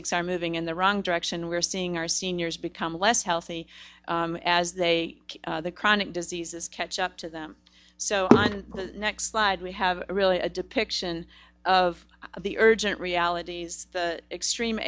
cs are moving in the wrong direction we're seeing our seniors become less healthy as they are the chronic diseases catch up to them so the next slide we have really a depiction of the urgent realities the extreme